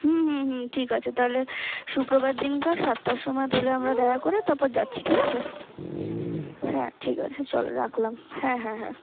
হুম হুম হুম ঠিক আছে তালে শুক্রবার দিনটা সাতটার সময় তালে আমরা দেখা করে তারপর যাচ্ছি ঠিক আছে হ্যাঁ ঠিক আছে চল রাখলাম হ্যাঁ হ্যাঁ হ্যাঁ